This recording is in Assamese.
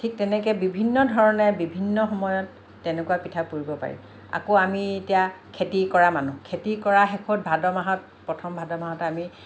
ঠিক তেনেকে বিভিন্ন ধৰণে বিভিন্ন সময়ত তেনেকুৱা পিঠা পুৰিব পাৰি আকৌ আমি এতিয়া খেতি কৰা মানুহ খেতি কৰা শেষত ভাদ মাহত প্ৰথম ভাদ মাহত আমি